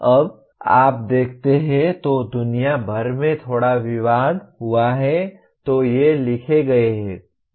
अब जब आप देखते हैं तो दुनिया भर में थोड़ा विवाद यदि आप हुआ है तो ये लिखे गए हैं